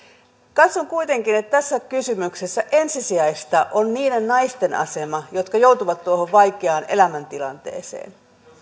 katson kuitenkin että tässä kysymyksessä ensisijaista on niiden naisten asema jotka joutuvat tuohon vaikeaan elämäntilanteeseen